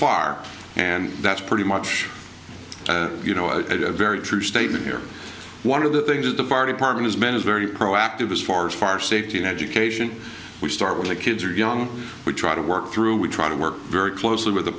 far and that's pretty much you know a very true statement here one of the things is the fire department has been is very proactive as far as far safety education we start when the kids are young we try to work through we try to work very closely with the